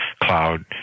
cloud